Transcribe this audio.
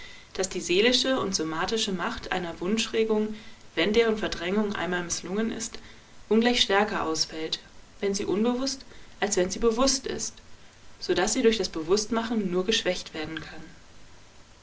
daß die seelische und somatische macht einer wunschregung wenn deren verdrängung einmal mißlungen ist ungleich stärker ausfällt wenn sie unbewußt als wenn sie bewußt ist so daß sie durch das bewußtmachen nur geschwächt werden kann